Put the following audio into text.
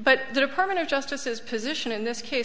but the department of justice his position in this case